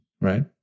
right